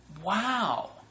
wow